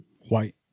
white